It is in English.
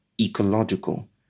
ecological